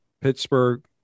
Pittsburgh